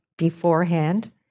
beforehand